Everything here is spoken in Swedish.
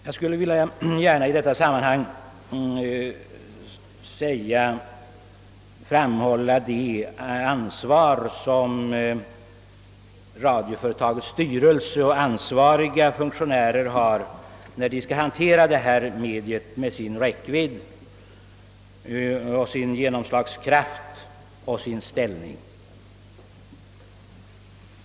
Jag skulle i detta sammanhang gärna vilja framhålla det ansvar som radioföretagets styrelse och funktionärer har när de skall hantera detta medium med dess räckvidd och genomslagskraft.